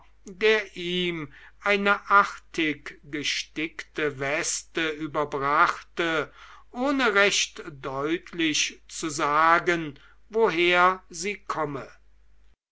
der ihm eine artig gestickte weste überbrachte ohne recht deutlich zu sagen woher sie komme